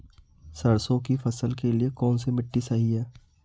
सरसों की फसल के लिए कौनसी मिट्टी सही हैं?